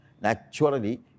Naturally